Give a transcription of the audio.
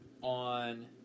on